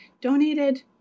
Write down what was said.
donated